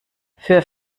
für